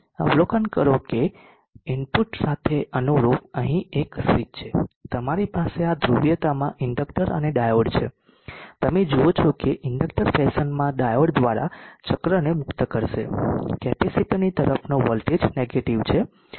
અવલોકન કરો કે ઇનપુટ સાથે અનુરૂપ અહીં એક સ્વીચ છે તમારી પાસે આ ધ્રુવીયતામાં ઇન્ડક્ટર અને ડાયોડ છે તમે જુઓ છો કે ઇન્ડકટર ફેશનમાં ડાયોડ દ્વારા ચક્રને મુક્ત કરશે કેપેસિટરની તરફનો વોલ્ટેજ નેગેટીવ છે